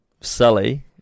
Sully